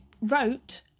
wrote